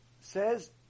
says